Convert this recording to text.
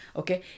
okay